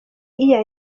year